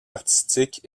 artistiques